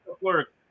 work